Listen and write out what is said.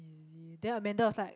then Amanda was like